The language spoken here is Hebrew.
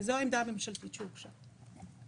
וזאת העמדה הממשלתית שהוגשה.